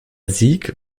sieg